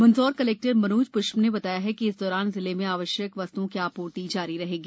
Mandsaur collector Manoj थ्ष्प ने बताया कि इस दौरान जिले में आवश्यक वस्त्ओं की आपूर्ति जारी रहेगी